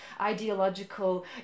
Ideological